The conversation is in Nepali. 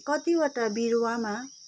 कतिवटा बिरुवामा